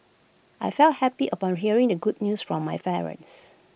I felt happy upon hearing the good news from my parents